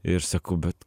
ir sakau bet